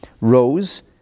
rose